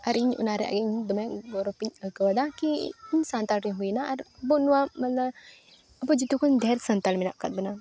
ᱟᱨ ᱤᱧ ᱚᱱᱟᱨᱮ ᱟᱨᱮᱧ ᱫᱚᱢᱮ ᱜᱚᱨᱚᱵᱤᱧ ᱟᱹᱭᱠᱟᱹᱣᱫᱟ ᱠᱤ ᱤᱧ ᱥᱟᱱᱛᱟᱲᱤᱧ ᱦᱩᱭᱱᱟ ᱟᱨ ᱟᱵᱚ ᱱᱚᱣᱟ ᱢᱟᱱᱮ ᱟᱵᱚ ᱡᱚᱛᱚᱠᱷᱚᱱ ᱰᱷᱮᱨ ᱥᱟᱱᱛᱟᱲ ᱢᱮᱱᱟᱜ ᱠᱟᱫ ᱵᱚᱱᱟ